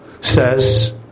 says